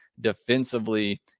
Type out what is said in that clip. defensively